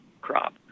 crop